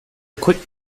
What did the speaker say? quick